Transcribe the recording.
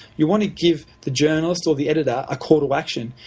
you want to give the journalist or the editor a call to action.